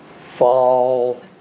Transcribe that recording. fall